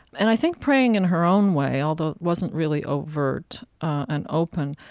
and i think, praying in her own way, although it wasn't really overt and open.